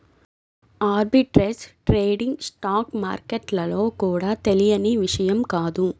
arbitrage trading stock మార్కెట్లలో కూడా తెలియని విషయం కాదు